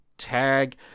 tag